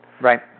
Right